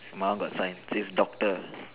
my one got sign says doctor